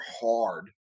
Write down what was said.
hard